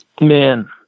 Man